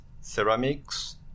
ceramics